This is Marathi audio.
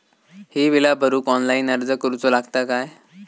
ही बीला भरूक ऑनलाइन अर्ज करूचो लागत काय?